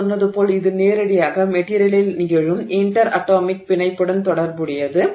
நான் சொன்னது போல் இது நேரடியாக மெட்டிரியலில் நிகழும் இன்டெர் அட்டாமிக் பிணைப்புடன் தொடர்புடையது